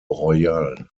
royal